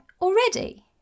Already